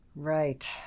Right